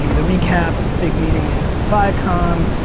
the recap. big meeting with viacom,